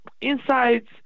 insights